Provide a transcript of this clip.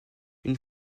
une